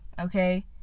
okay